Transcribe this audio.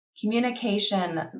communication